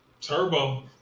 Turbo